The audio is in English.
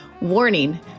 Warning